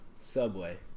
Subway